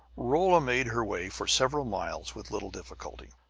rolla made her way for several miles with little difficulty.